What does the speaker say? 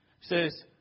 says